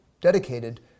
dedicated